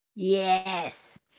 yes